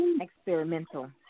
experimental